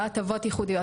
לא הטבות ייחודיות,